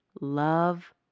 love